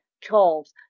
Charles